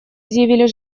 изъявили